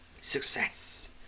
Success